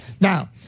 Now